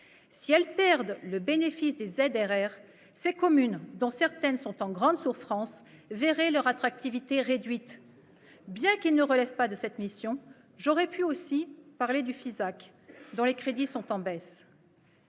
Si elles perdent le bénéfice du classement en ZRR, ces communes, dont certaines sont en grande souffrance, verraient leur attractivité réduite. Bien qu'il ne relève pas de cette mission, j'aurais pu aussi parler du Fonds d'intervention pour les